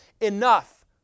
enough